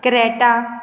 Creta